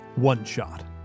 OneShot